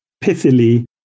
pithily